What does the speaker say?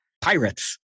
pirates